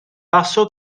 basso